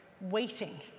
Waiting